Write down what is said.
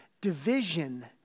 Division